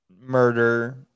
murder